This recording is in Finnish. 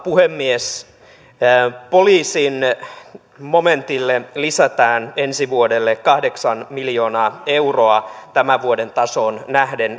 puhemies poliisin momentille lisätään ensi vuodelle kahdeksan miljoonaa euroa tämän vuoden tasoon nähden